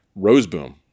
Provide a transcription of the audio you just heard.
Roseboom